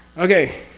okay.